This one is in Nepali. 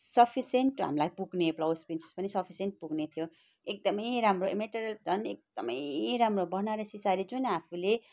सफिसेन्ट हामीलाई पुग्ने ब्लाउज पिस पनि सफिसेन्ट पुग्ने थियो एकदमै राम्रो मटेरियल झन एकदमै राम्रो बनारसी सारी जुन आफूले